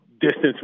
distance